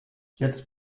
jetzt